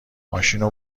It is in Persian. ماشینو